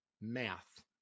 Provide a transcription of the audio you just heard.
math